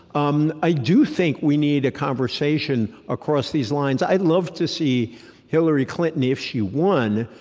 um i do think we need a conversation across these lines. i'd love to see hillary clinton, if she won,